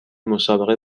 مسابقه